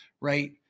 right